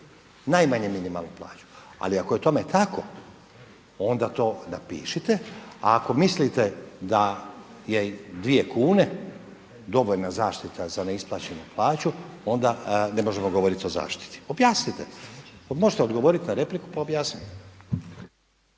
najmanje minimalnu plaću. Ali ako je tome tako onda to napišite, a ako mislite da je dvije kune dovoljna zaštita za neisplaćenu plaću onda ne možemo govoriti o zaštiti. Objasnite. Možete odgovoriti na repliku pa objasnite.